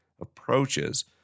approaches